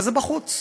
וזה בחוץ.